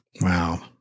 wow